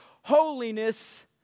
holiness